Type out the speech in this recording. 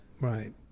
Right